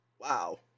Wow